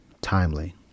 timely